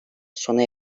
sona